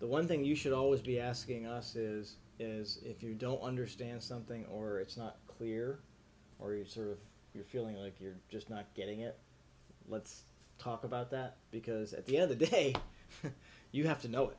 the one thing you should always be asking us is is if you don't understand something or it's not clear or yours or if you're feeling like you're just not getting it let's talk about that because at the other day you have